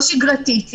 לא שגרתית,